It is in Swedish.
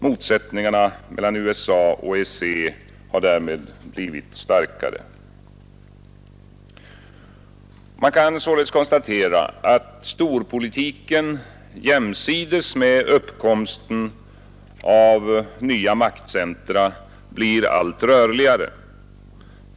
Motsättningarna mellan USA och EEC har därmed blivit starkare. Man kan således konstatera att storpolitiken jämsides med uppkomsten av nya maktcentra blir allt rörligare.